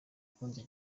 kundya